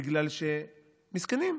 בגלל שמסכנים,